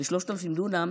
ב-3,000 דונם